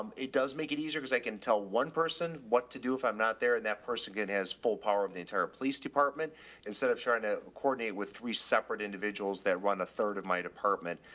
um it does make it easier cause i can tell one person what to do if i'm not there. and that person again has full power of the entire police department instead of trying to coordinate with three separate individuals that run a third of my department.